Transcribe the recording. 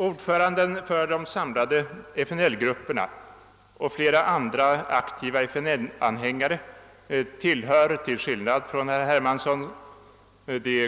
Ordföranden för de samlade FNL grupperna och flera andra aktiva FNL anhängare tillhör till skillnad från herr Hermansson